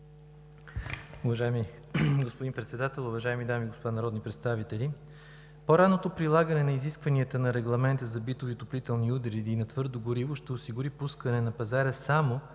Уважаеми господин Председател, уважаеми дами и господа народни представители! По-ранното прилагане на изискванията на Регламента за битови отоплителни уреди и на твърдо гориво ще осигури пускане на пазара само